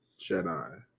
Jedi